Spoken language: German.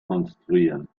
konstruieren